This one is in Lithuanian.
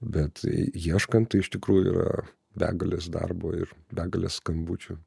bet ieškant tai iš tikrųjų yra begalės darbo ir begalės skambučių